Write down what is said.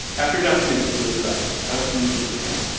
after john committed suicide, i went to meet with the man.